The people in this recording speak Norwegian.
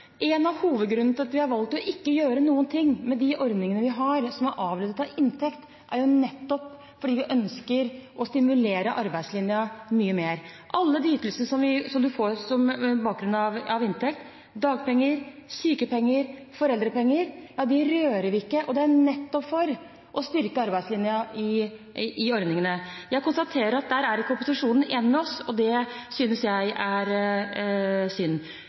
En av hovedgrunnene til at vi har valgt ikke å gjøre noe med de ordningene vi har som er avledet av inntekt, er nettopp at vi ønsker å stimulere arbeidslinjen mye mer. Ingen av ytelsene man får på bakgrunn av inntekt – dagpenger, sykepenger, foreldrepenger – rører vi, og det er nettopp for å styrke arbeidslinjen i ordningene. Jeg konstaterer at her er ikke opposisjonen enig med oss, og det synes jeg er synd.